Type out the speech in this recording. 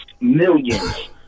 millions